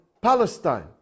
Palestine